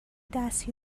دست